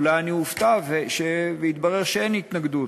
ואולי אני אופתע ויתברר שאין התנגדות.